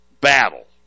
battle